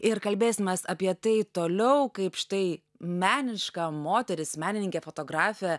ir kalbėsimės apie tai toliau kaip štai meniška moteris menininkė fotografė